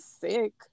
sick